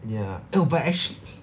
ya oh but actually